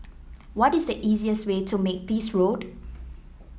what is the easiest way to Makepeace Road